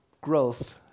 growth